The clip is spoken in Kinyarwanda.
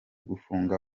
gufunga